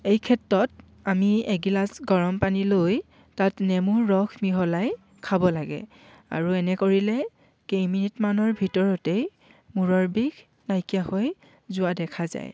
এই ক্ষেত্ৰত আমি এগিলাচ গৰম পানী লৈ তাত নেমু ৰস মিহলাই খাব লাগে আৰু এনে কৰিলে কেই মিনিটমানৰ ভিতৰতেই মূৰৰ বিষ নাইকিয়া হৈ যোৱা দেখা যায়